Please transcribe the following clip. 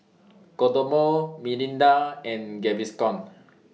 Kodomo Mirinda and Gaviscon